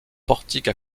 portique